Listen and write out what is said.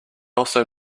also